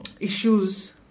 issues